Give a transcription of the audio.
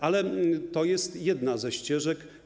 Ale to jest jedna ze ścieżek.